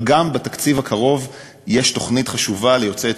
אבל בתקציב הקרוב יש תוכנית חשובה ליוצאי